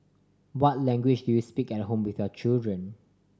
what language do you speak at home with your children